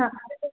ಹಾಂ